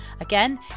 Again